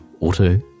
Auto